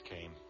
came